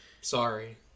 Sorry